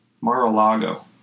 Mar-a-Lago